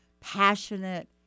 passionate